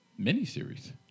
miniseries